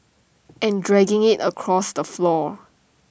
and dragging IT across the floor